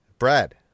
Brad